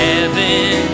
Heaven